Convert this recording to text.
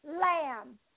lamb